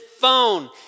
phone